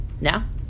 now